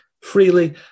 Freely